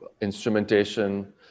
instrumentation